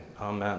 Amen